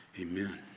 Amen